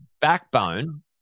backbone